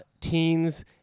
Teens